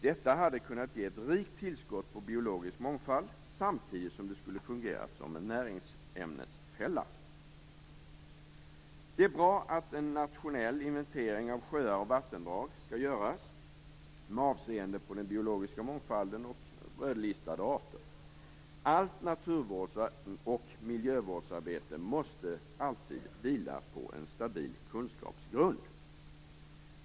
Det hade kunnat ge ett rikt tillskott till den biologiska mångfalden samtidigt som det skulle ha skapat en näringsämnesfälla. Det är bra att en nationell inventering av sjöar och vattendrag skall göras med avseende på den biologiska mångfalden och rödlistade arter. Allt naturvårdsoch miljövårdsarbete måste vila på en stabil kunskapsgrund.